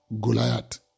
Goliath